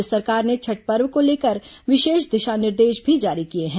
राज्य सरकार ने छठ पर्व को लेकर विशेष दिशा निर्देश भी जारी किए हैं